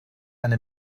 eine